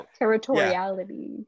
Territoriality